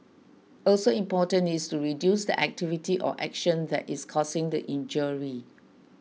also important is to reduce the activity or action that is causing the injury